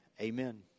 Amen